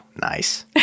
nice